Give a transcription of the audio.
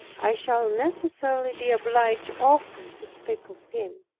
i shall necessarily be obliged often to speak of him.